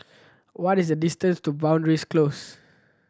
what is the distance to Boundary's Close